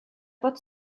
bod